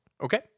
Okay